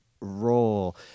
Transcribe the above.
role